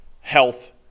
health